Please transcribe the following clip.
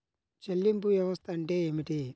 చెల్లింపు వ్యవస్థ అంటే ఏమిటి?